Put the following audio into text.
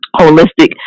holistic